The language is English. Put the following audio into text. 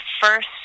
first